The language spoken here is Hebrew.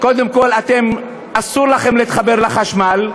קודם כול, אסור לכם להתחבר לחשמל,